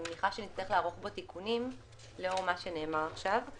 מניחה שנצטרך לערוך בו תיקונים לאור מה שנאמר עכשיו,